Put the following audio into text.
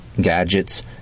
gadgets